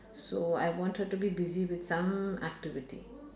so I wanted to be busy with some activity